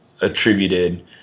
attributed